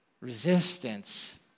resistance